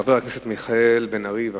חבר הכנסת מיכאל בן-ארי, בבקשה.